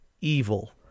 evil